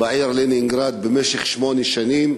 בעיר לנינגרד במשך שמונה שנים.